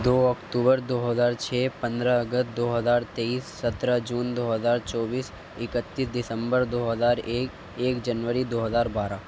دو اکتوبر دو ہزار چھ پندرہ اگست دو ہزار تیئیس سترہ جون دو ہزار چوبیس اکتیس دسمبر دو ہزار ایک ایک جنوری دو ہزار بارہ